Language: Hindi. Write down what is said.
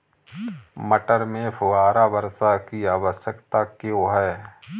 मटर में फुहारा वर्षा की आवश्यकता क्यो है?